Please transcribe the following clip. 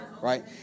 Right